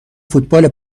فوتبال